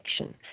action